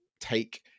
take